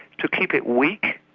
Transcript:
to keep it weak,